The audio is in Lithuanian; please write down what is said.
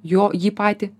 jo jį patį